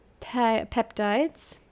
peptides